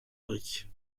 éric